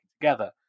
together